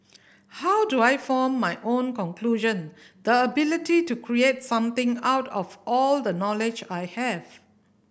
how do I form my own conclusion the ability to create something out of all the knowledge I have